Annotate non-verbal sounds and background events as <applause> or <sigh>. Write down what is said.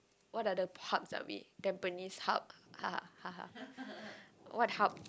what are the hubs are we Tampines Hub <laughs> what hub